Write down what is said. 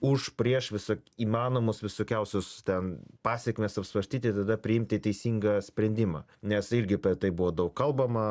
už prieš visa įmanomus visokiausius ten pasekmes apsvarstyti tada priimti teisingą sprendimą nes irgi tai buvo daug kalbama